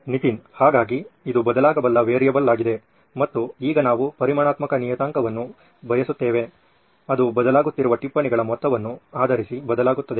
ನಿತಿನ್ ಹಾಗಾಗಿ ಇದು ಬದಲಾಗಬಲ್ಲ ವೇರಿಯೇಬಲ್ ಆಗಿದೆ ಮತ್ತು ಈಗ ನಾವು ಪರಿಮಾಣಾತ್ಮಕ ನಿಯತಾಂಕವನ್ನು ಬಯಸುತ್ತೇವೆ ಅದು ಬದಲಾಗುತ್ತಿರುವ ಟಿಪ್ಪಣಿಗಳ ಮೊತ್ತವನ್ನು ಆಧರಿಸಿ ಬದಲಾಗುತ್ತದೆ